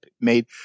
made